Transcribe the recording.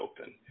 open